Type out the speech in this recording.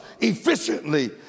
efficiently